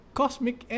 cosmic